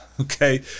okay